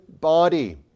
body